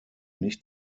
nicht